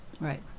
Right